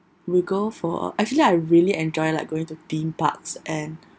we go for actually I really enjoy like going to theme parks and